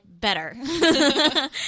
better